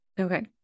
Okay